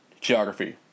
geography